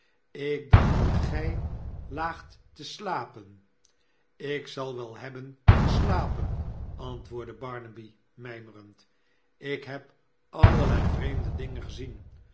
ik dacht dat gij laagt te slapen ik zal wel hebben geslapen antwoordde barnaby mijmerend ik heb allerlei vreemde dingen gezien